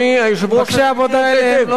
גם אלה שמגיעים מתאילנד,